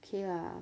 k ah